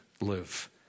live